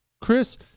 Chris